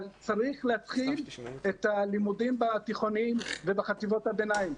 אבל צריך להתחיל את הלימודים בתיכונים ובחטיבות הביניים,